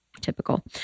typical